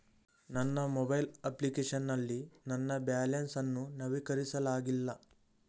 ನನ್ನ mobile application ನಲ್ಲಿ ನನ್ನ ಬ್ಯಾಲೆನ್ಸ್ ಅನ್ನು ನವೀಕರಿಸಲಾಗಿಲ್ಲ